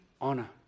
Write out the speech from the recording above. honor